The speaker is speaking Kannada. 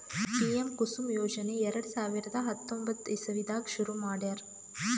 ಪಿಎಂ ಕುಸುಮ್ ಯೋಜನೆ ಎರಡ ಸಾವಿರದ್ ಹತ್ತೊಂಬತ್ತ್ ಇಸವಿದಾಗ್ ಶುರು ಮಾಡ್ಯಾರ್